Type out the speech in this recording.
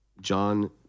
John